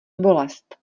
bolest